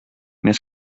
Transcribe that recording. més